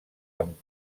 amb